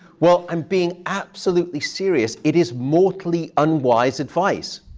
well, i'm being absolutely serious. it is mortally unwise advice.